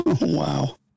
Wow